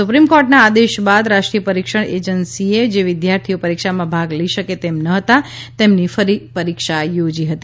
supreme કોર્ટના આદેશ બાદ રાષ્ટ્રીય પરીક્ષણ એજન્સીએ જે વિદ્યાર્થીઓ પરીક્ષામાં ભાગ લઈ શકે તેમ ન હતા તેમની ફરી પરીક્ષા યોજી હતી